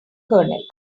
colonel